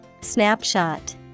snapshot